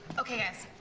okay?